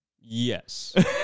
Yes